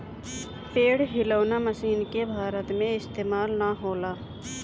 पेड़ हिलौना मशीन के भारत में इस्तेमाल ना होला